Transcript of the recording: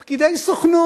גם פקידי הסוכנות.